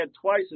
twice